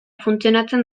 funtzionatzen